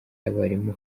y’abarimu